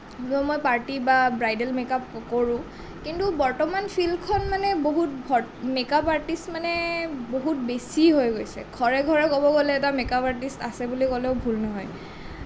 হ'লেও মই পাৰ্টি বা ব্ৰাইডেল মেকআপ কৰোঁ কিন্তু বৰ্তমান ফিল্ডখন মানে বহুত ভৰ্তি মেকআপ আৰ্টিষ্ট মানে বহুত বেছি হৈ গৈছে ঘৰে ঘৰে ক'বলৈ গ'লে এটা মেকআপ আৰ্টিষ্ট আছে বুলি ক'লেও ভুল নহয়